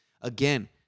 Again